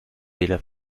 einen